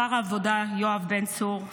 שר העבודה יואב בן צור,